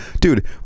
dude